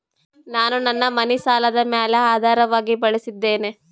ನಾನು ನನ್ನ ಮನಿ ಸಾಲದ ಮ್ಯಾಲ ಆಧಾರವಾಗಿ ಬಳಸಿದ್ದೇನೆ